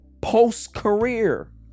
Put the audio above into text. post-career